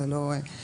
זה לא משנה,